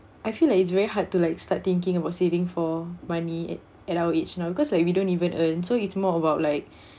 I feel like it's very hard to like start thinking about saving for money at at our age now because like we don't even earn so it's more about like